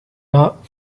not